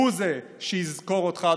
הוא זה שיזכור אותך,